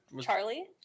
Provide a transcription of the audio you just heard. Charlie